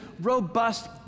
robust